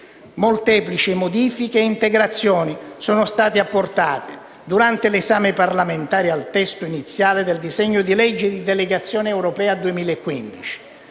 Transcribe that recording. Molteplici modifiche e integrazioni sono state apportate, durante l'esame parlamentare, al testo iniziale del disegno di legge di delegazione europea 2015.